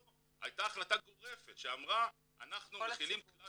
פה הייתה החלטה גורפת שאמרה "אנחנו מחילים כלל